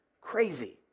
crazy